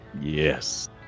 Yes